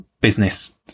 business